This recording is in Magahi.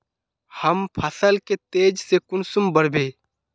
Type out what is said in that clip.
हम फसल के तेज से कुंसम बढ़बे?